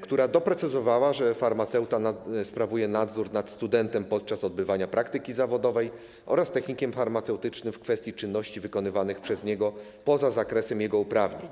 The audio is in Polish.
która doprecyzowała, że farmaceuta sprawuje nadzór nad studentem podczas odbywania praktyki zawodowej oraz technikiem farmaceutycznym w kwestii czynności wykonywanych przez niego poza zakresem jego uprawnień.